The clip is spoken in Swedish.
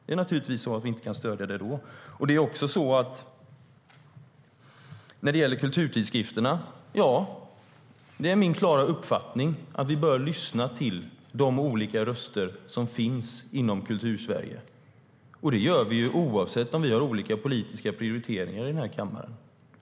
Det är klart att vi inte kan stödja er då. När det gäller kulturtidskrifterna är det min klara uppfattning att vi bör lyssna till de olika röster som finns inom Kultursverige, och det gör vi oavsett om vi gör olika politiska prioriteringar i den här kammaren.